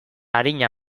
arina